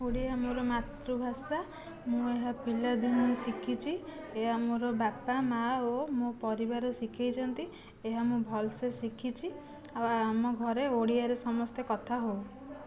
ଓଡ଼ିଆ ମୋ'ର ମାତୃଭାଷା ମୁଁ ଏହା ପିଲାଦିନରୁ ଶିଖିଛି ଏହା ମୋ'ର ବାପା ମାଆ ଓ ମୋ' ପରିବାର ଶିଖାଇଛନ୍ତି ଏହା ମୁଁ ଭଲସେ ଶିଖିଛି ଆଉ ଆମ ଘରେ ଓଡ଼ିଆରେ ସମସ୍ତେ କଥା ହେଉ